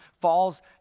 falls